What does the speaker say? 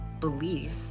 belief